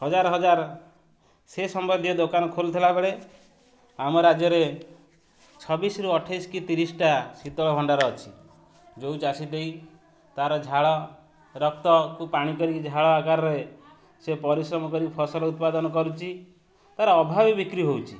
ହଜାର ହଜାର ସେ ସମ୍ବଦୀୟ ଦୋକାନ ଖୋଲିଥିଲା ବେଳେ ଆମ ରାଜ୍ୟରେ ଛବିଶରୁ ଅଠେଇଶି କି ତିରିଶଟା ଶୀତଳ ଭଣ୍ଡାର ଅଛି ଯେଉଁ ଚାଷୀ ଦେଇ ତା'ର ଝାଳ ରକ୍ତକୁ ପାଣି କରିକି ଝାଳ ଆକାରରେ ସେ ପରିଶ୍ରମ କରିକି ଫସଲ ଉତ୍ପାଦନ କରୁଛି ତା'ର ଅଭାବ ବିକ୍ରି ହେଉଛି